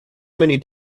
many